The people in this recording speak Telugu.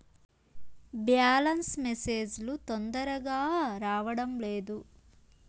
బ్యాలెన్స్ మెసేజ్ లు తొందరగా రావడం లేదు?